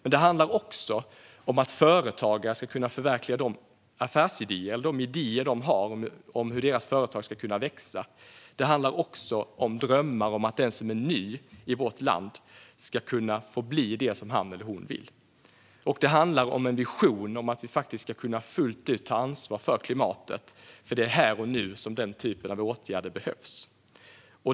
Men det handlar också om att företagare ska kunna förverkliga sina affärsidéer eller de idéer de har om hur deras företag ska kunna växa. Det handlar om drömmar om att den som är ny i vårt land ska kunna få bli det som han eller hon vill. Det handlar om en vision om att vi ska kunna ta ansvar för klimatet fullt ut, för det är här och nu som den typen av åtgärder behövs.